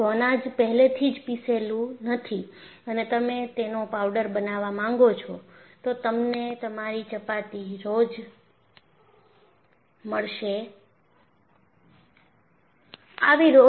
જો અનાજ પહેલેથી જ પીસેલું નથી અને તમે તેનો પાઉડર બનાવા માંગો છો તો તમને તમારી ચપાતી રોજ મળશે નહીં